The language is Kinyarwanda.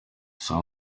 saa